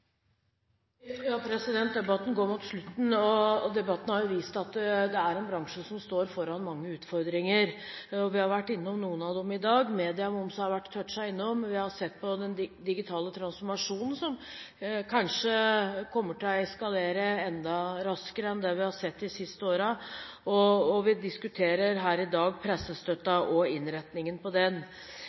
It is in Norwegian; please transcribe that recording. en bransje som står foran mange utfordringer. Vi har vært innom noen av dem i dag. Media og moms har vi touchet innom. Vi har sett på den digitale transformasjonen, som kanskje kommer til å eskalere enda raskere enn det vi har sett de siste årene. Vi diskuterer her i dag pressestøtten og innretningen på den.